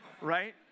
Right